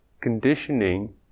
conditioning